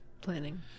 planning